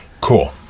Cool